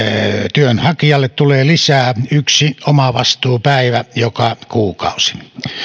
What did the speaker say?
työnhakijalle tulee lisää yksi omavastuupäivä joka kuukausi